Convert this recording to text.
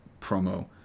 promo